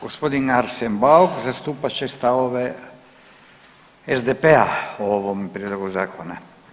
Gospodin Arsen Bauk zastupat će stavove SDP-a o ovom prijedlogu zakona.